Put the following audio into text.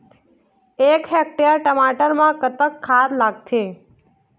एक हेक्टेयर टमाटर म कतक खाद लागथे?